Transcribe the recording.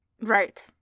Right